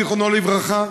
זיכרונו לברכה,